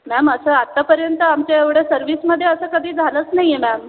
ma'am असं आत्तापर्यंत आमच्या एवढ्या सर्विसमध्ये असं कधी झालंच नाही आहे मॅम